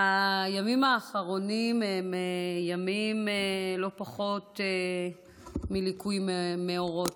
הימים האחרונים הם ימים לא פחות משל ליקוי מאורות.